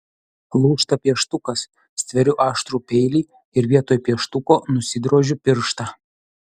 lūžta pieštukas stveriu aštrų peilį ir vietoj pieštuko nusidrožiu pirštą